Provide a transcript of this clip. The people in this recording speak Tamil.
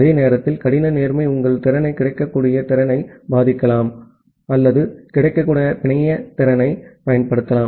அதே நேரத்தில் கடின நேர்மை உங்கள் திறனை கிடைக்கக்கூடிய திறனை பாதிக்கலாம் அல்லது கிடைக்கக்கூடிய பிணைய திறனைப் பயன்படுத்தலாம்